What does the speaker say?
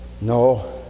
No